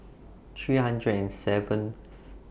three hundred and seventh